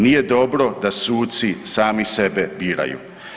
Nije dobro da suci sami sebe biraju.